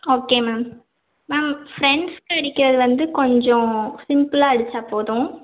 okay ma'am ma'am ஃப்ரெண்ட்ஸ்க்கு அடிக்கிறது வந்து கொஞ்சம் சிம்பிளாக அடிச்சால் போதும்